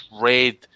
red